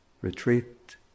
retreat